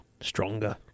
stronger